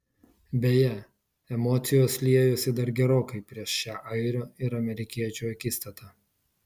beje emocijos liejosi dar gerokai prieš šią airio ir amerikiečio akistatą